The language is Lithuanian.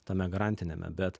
tame garantiniame bet